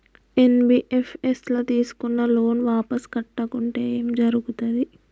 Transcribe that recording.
NBFS ల తీస్కున్న loan వాపస్ కట్టకుంటే ఏం జర్గుతది?